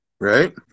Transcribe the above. Right